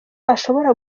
ashobora